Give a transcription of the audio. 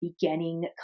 beginning